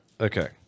Okay